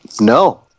no